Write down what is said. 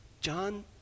John